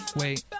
wait